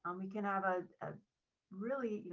um we can have a ah really you